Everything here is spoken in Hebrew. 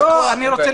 אני מזכירה